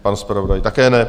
Pan zpravodaj také ne.